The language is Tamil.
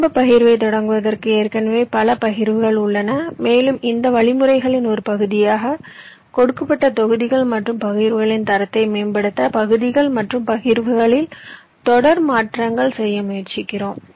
ஆரம்ப பகிர்வை தொடங்குவதற்கு ஏற்கனவே பல பகிர்வுகள் உள்ளன மேலும் இந்த வழிமுறைகளின் ஒரு பகுதியாக கொடுக்கப்பட்ட தொகுதிகள் மற்றும் பகிர்வுகளின் தரத்தை மேம்படுத்தபகுதிகள் மற்றும் பகிர்வுகளில் தொடர் மாற்றங்களை செய்ய முயற்சிக்கிறோம்